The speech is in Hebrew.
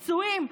פצועים,